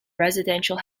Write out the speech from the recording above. residential